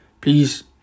please